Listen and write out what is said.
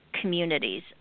communities